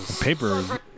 Paper